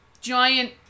giant